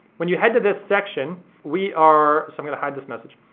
when you head to this section we are, so i'm gonna hide this message.